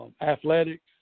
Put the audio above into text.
athletics